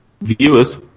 Viewers